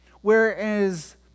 Whereas